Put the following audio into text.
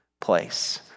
place